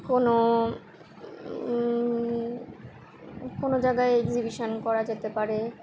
কোনো কোনো জায়গায় এগজিবিশান করা যেতে পারে